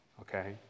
Okay